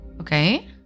Okay